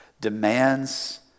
demands